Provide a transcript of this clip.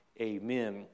Amen